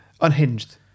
Unhinged